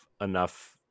enough